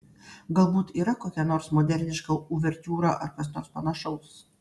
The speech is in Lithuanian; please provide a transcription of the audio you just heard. galbūt yra kokia nors moderniška uvertiūra ar kas nors panašaus